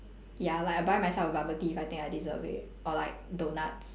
ya like I'll buy myself a bubble tea if I think I deserve it or like donuts